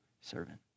servant